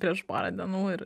prieš porą dienų ir